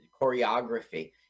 choreography